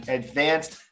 advanced